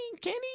Kenny